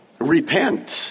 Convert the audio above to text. Repent